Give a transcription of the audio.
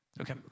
Okay